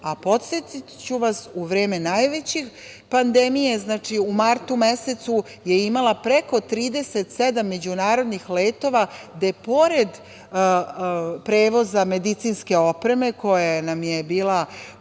Podsetiću vas, u vreme najveće pandemije, znači u martu mesecu, je imala preko 37 međunarodnih letova, gde pored prevoza medicinske opreme koja nam je bila